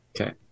Okay